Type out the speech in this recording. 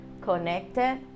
connected